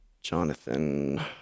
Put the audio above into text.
Jonathan